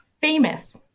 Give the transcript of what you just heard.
famous